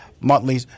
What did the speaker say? monthly